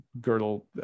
girdle